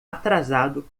atrasado